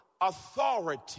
authority